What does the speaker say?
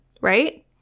right